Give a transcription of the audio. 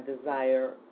desire